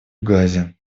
газе